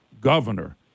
governor